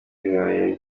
bibaye